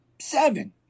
Seven